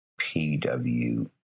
PW